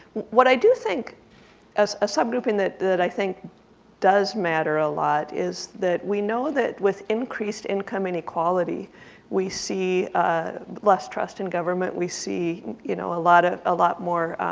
what i do think as a subgrouping that that i think does matter a lot is that we know that with increased income inequality we see less trust in government, we see you know a lot of a lot more